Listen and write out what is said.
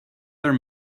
their